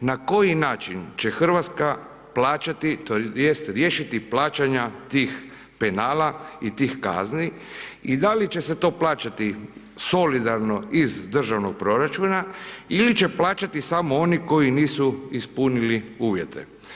na koji način će Hrvatska plaćati tj. riješiti plaćanja tih penala i tih kazni i da li će se to plaćati solidarno iz državnog proračuna, ili će plaćati samo oni koji nisu ispunili uvjete.